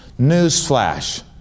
Newsflash